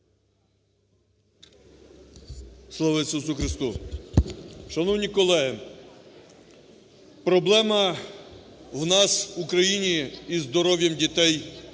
Слава Ісусу Христу! Шановні колеги, проблема у нас у країні із здоров'ям дітей